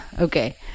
Okay